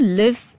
live